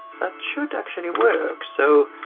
that should actually work. so